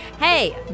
Hey